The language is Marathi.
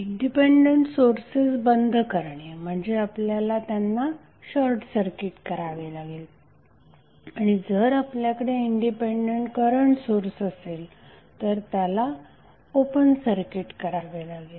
इंडिपेंडंट सोर्सेस बंद करणे म्हणजे आपल्याला त्यांना शॉर्टसर्किट करावे लागेल आणि जर आपल्याकडे इंडिपेंडेंट करंट सोर्स असेल तर त्याला ओपन सर्किट करावे लागेल